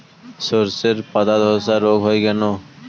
শর্ষের পাতাধসা রোগ হয় কেন?